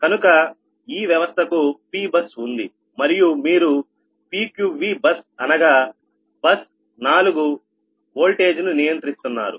కనుక ఈ వ్యవస్థకు Pబస్ ఉంది మరియు మీరు PQVబస్ అనగా బస్ 4 ఓల్టేజ్ ను నియంత్రిస్తున్నారు